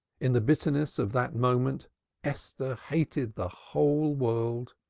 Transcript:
in the bitterness of that moment esther hated the whole world.